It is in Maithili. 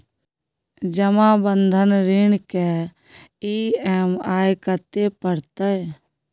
जमा बंधक ऋण के ई.एम.आई कत्ते परतै?